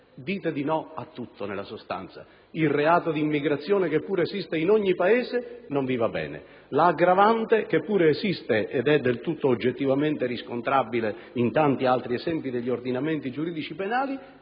dite no a tutto: il reato di immigrazione, che pure esiste in ogni Paese, non vi va bene; l'aggravante, che pure esiste ed è oggettivamente riscontrabile in tanti altri esempi degli ordinamenti giuridici penali,